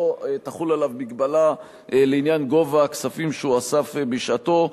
לא תחול עליו הגבלה לעניין גובה הכספים שהוא אסף בשעתו.